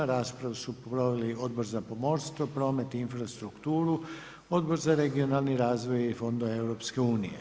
Raspravu su proveli Odbor za pomorstvo, promet i infrastrukturu, Odbor za regionalni razvoj i fonda EU.